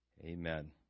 Amen